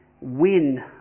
win